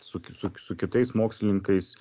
su su su kitais mokslininkais